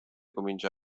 comincia